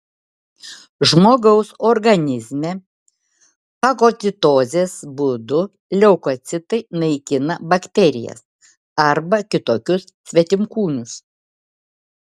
žmogaus organizme fagocitozės būdu leukocitai naikina bakterijas arba kitokius svetimkūnius